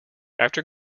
after